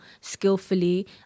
skillfully